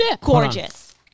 Gorgeous